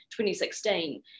2016